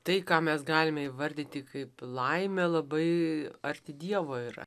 tai ką mes galime įvardyti kaip laimę labai arti dievo yra